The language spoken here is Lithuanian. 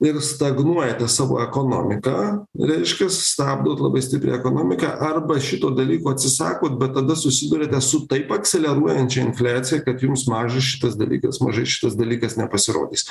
ir stagnuojate savo ekonomiką reiškias stabdot labai stipriai ekonomiką arba šito dalyko atsisakot bet tada susiduriate su taip akseleruojančia infliacija kad jums maža šitas dalykas mažai šitas dalykas nepasirodys